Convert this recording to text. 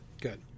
Good